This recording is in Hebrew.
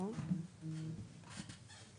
אלקטרוני זה